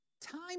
Time